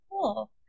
cool